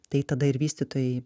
tai tada ir vystytojai